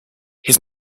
his